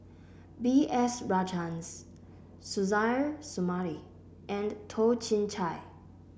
B S Rajhans Suzairhe Sumari and Toh Chin Chye